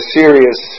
serious